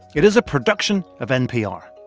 it is a production of npr.